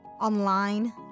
online